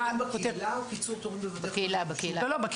קיצור תורים בקהילה או בבתי החולים?